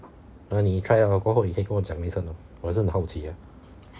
then 你 try 了过后你可以跟我讲一声 lor 我也是很好奇 ah